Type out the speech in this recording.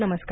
नमस्कार